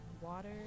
water